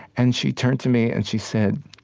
and she turned to me and she said,